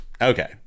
okay